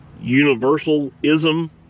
universal-ism